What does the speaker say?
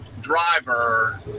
driver